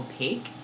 opaque